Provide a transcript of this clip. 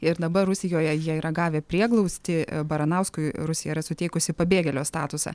ir dabar rusijoje jie yra gavę prieglaustį baranauskui rusija yra suteikusi pabėgėlio statusą